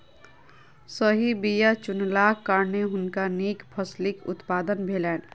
सही बीया चुनलाक कारणेँ हुनका नीक फसिलक उत्पादन भेलैन